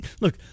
Look